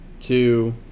two